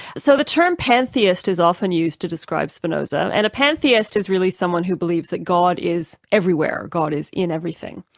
so the term pantheist is often used to describe spinoza, and a pantheist is really someone who believes that god is everywhere, god is in everything.